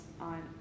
on